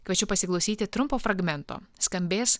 kviečiu pasiklausyti trumpo fragmento skambės